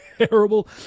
terrible